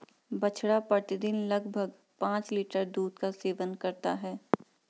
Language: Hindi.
बछड़ा प्रतिदिन लगभग पांच लीटर दूध का सेवन करता है